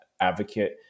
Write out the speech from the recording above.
advocate